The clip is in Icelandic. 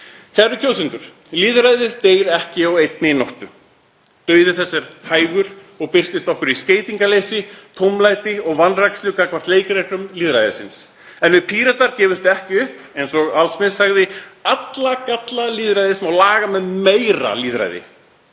Kæru kjósendur. Lýðræðið deyr ekki á einni nóttu. Dauði þess er hægur og birtist okkur í skeytingarleysi, tómlæti og vanrækslu gagnvart leikreglum lýðræðisins. En við Píratar gefumst ekki upp, eins og Al Smith sagði: Alla galla lýðræðis má laga með meira lýðræði.